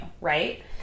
right